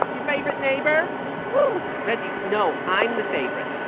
your favorite neighbor reggie, no, i'm the favorite